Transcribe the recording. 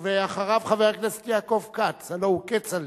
אחריו, חבר הכנסת יעקב כץ, הלוא הוא כצל'ה,